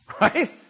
right